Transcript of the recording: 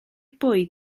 bwyd